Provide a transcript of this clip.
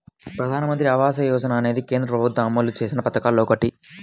ప్రధానమంత్రి ఆవాస యోజన అనేది కేంద్ర ప్రభుత్వం అమలు చేసిన పథకాల్లో ఒకటి